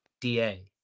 DA